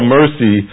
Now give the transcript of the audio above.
mercy